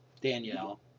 Danielle